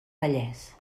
vallès